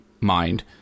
mind